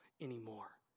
anymore